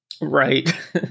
Right